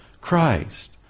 Christ